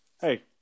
Hey